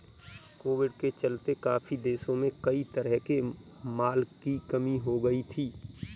Covid के चलते काफी देशों में कई तरह के माल की कमी हो गई थी